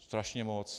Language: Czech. Strašně moc.